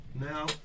Now